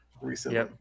recently